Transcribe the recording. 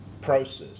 process